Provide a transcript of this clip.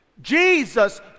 Jesus